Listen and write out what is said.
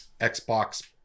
xbox